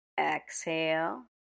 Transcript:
exhale